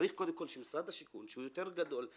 צריך קודם כל שמשרד השיכון שהוא יותר גדול,